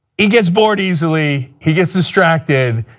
he gets bored easily. he gets distracted,